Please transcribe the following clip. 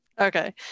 Okay